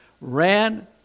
ran